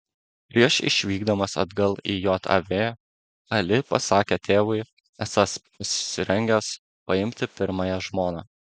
prieš išvykdamas atgal į jav ali pasakė tėvui esąs pasirengęs paimti pirmąją žmoną